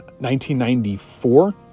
1994